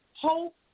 Hope